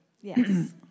Yes